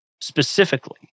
specifically